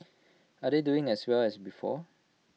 are they doing as well as before